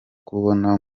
kubona